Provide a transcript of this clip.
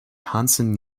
hansen